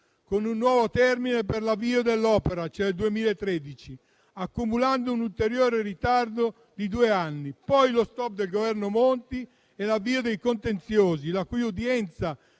con un nuovo termine per l'avvio dell'opera, cioè il 2013, accumulando un ulteriore ritardo di due anni. Poi ci fu lo stop del Governo Monti e l'avvio dei contenziosi, la cui udienza